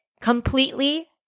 completely